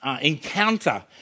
encounter